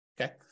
okay